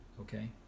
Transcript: Okay